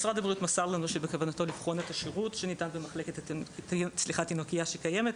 משרד הבריאות מסר לנו שבכוונתו לבחון את השירות שניתן בתינוקייה שקיימת,